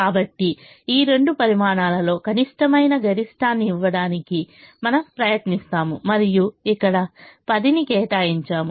కాబట్టి ఈ రెండు పరిమాణాలలో కనిష్టమైన గరిష్టాన్ని ఇవ్వడానికి మనము ప్రయత్నిస్తాము మరియు ఇక్కడ 10 ని కేటాయించాము